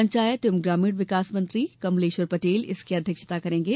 पंचायत एवं ग्रामीण विकास मंत्री कमलेश्वर पटेल इसकी अध्यक्षता करेंगे